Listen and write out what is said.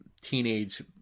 teenage